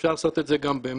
אפשר לעשות את זה גם במייל,